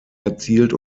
erzielt